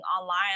online